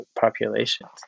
populations